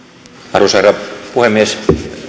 arvoisa herra puhemies